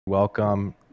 Welcome